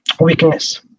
weakness